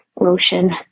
lotion